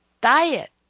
diet